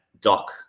Doc